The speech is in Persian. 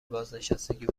بازنشستگی